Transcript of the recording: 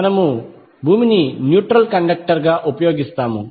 మనము భూమిని neutral conductor గా ఉపయోగిస్తాము